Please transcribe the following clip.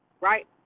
right